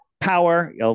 power